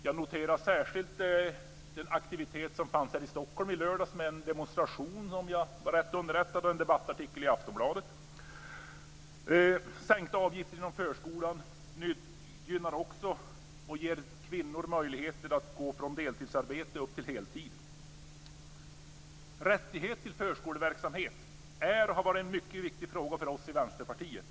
Jag noterar särskilt den aktivitet som fanns i Stockholm i lördags med en demonstration - om jag var rätt underrättad - och en debattartikel i Aftonbladet. Sänkta avgifter inom förskolan ger kvinnor möjligheter att gå från deltidsarbete upp till heltid. Rättigheten till förskoleverksamhet är och har varit en mycket viktig fråga för oss i Vänsterpartiet.